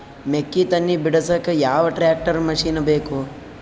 ಮೆಕ್ಕಿ ತನಿ ಬಿಡಸಕ್ ಯಾವ ಟ್ರ್ಯಾಕ್ಟರ್ ಮಶಿನ ಬೇಕು?